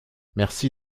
merci